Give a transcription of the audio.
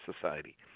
society